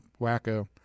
wacko